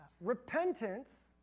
repentance